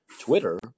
Twitter